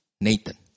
Nathan